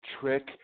trick